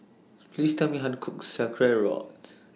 Please Tell Me How to Cook Sauerkrauts